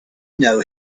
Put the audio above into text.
know